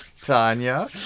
Tanya